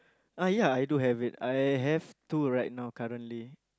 uh ya I do have it I have two right now currently